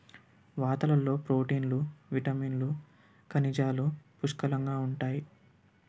వాతలలో ప్రోటీన్లు విటమిన్లు ఖనిజాలు పుష్కలంగా ఉంటాయి